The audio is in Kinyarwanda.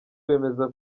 bemeza